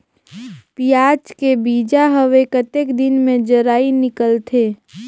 पियाज के बीजा हवे कतेक दिन मे जराई निकलथे?